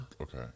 Okay